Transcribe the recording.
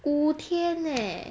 五天 eh